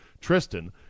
Tristan